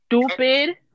stupid